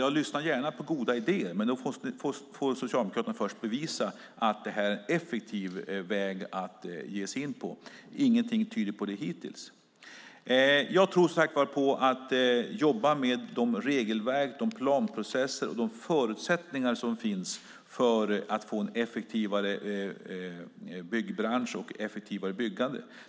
Jag lyssnar gärna på goda idéer, men då får Socialdemokraterna först bevisa att det här är en effektiv väg att ge sig in på. Ingenting tyder på det hittills. Jag tror som sagt på att jobba med de regelverk, de planprocesser och de förutsättningar som finns för att få en effektivare byggbransch och ett effektivare byggande.